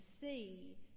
see